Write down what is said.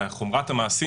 חומרת המעשים,